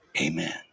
amen